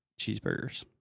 cheeseburgers